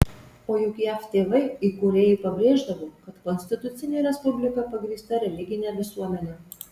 o juk jav tėvai įkūrėjai pabrėždavo kad konstitucinė respublika pagrįsta religine visuomene